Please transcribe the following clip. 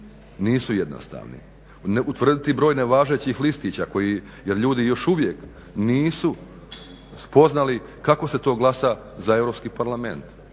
nisu jednostavni, utvrditi broj nevažećih listića koji, jer ljudi još uvijek nisu spoznali kako se to glasa za Europski parlament.